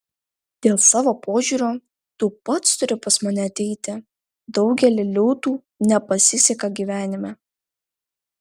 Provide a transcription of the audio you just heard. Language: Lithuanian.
dėl savo požiūrio tu pats turi pas mane ateiti daugeliui liūtų nepasiseka gyvenime